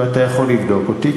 ואתה יכול לבדוק אותי,